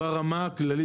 אמרתי ברמה הכללית.